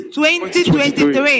2023